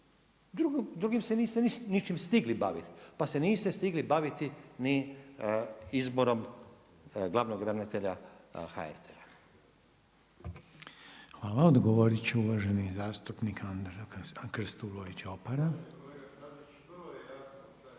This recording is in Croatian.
Drugim se niste ničim stigli baviti, pa se niste stigli baviti ni izborom glavnog ravnatelja HRT-a. **Reiner, Željko (HDZ)** Hvala. Odgovorit će uvaženi zastupnik Andro Krstulović Opera.